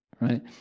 right